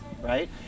right